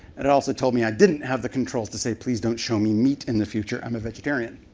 and it also told me i didn't have the controls to say please don't show me meat in the future. i'm a vegetarian.